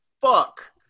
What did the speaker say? fuck